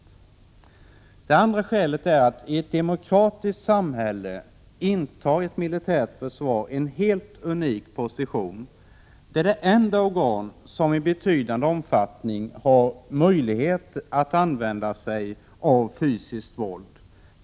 För det andra intar ett militärt försvar i ett demokratiskt samhälle en helt unik position. Det är det enda organ som i betydande omfattning har möjlighet att använda sig av fysiskt våld.